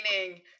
meaning